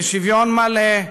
בשוויון מלא,